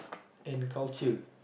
and culture